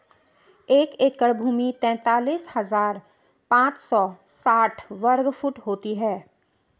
एक एकड़ भूमि तैंतालीस हज़ार पांच सौ साठ वर्ग फुट होती है